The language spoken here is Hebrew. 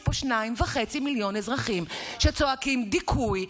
יש פה שניים וחצי מיליון אזרחים שצועקים "דיכוי",